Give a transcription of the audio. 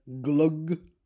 glug